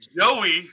Joey